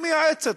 מייעצת,